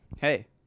hey